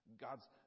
God's